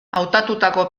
hautatutako